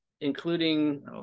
including